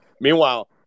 Meanwhile